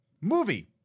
Movie